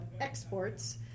exports